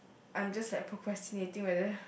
I'm just like procrastinating whether